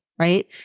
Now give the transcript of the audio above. right